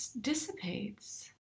dissipates